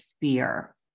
fear